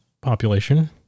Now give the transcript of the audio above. population